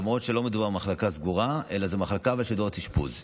למרות שלא מדובר במחלקה סגורה אלא זו מחלקה בשביל אשפוז.